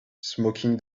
smoking